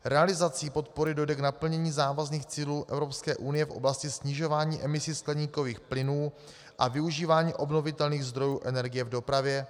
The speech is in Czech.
Realizací podpory dojde k naplnění závazných cílů Evropské unie v oblasti snižování emisí skleníkových plynů a využívání obnovitelných zdrojů energie v dopravě.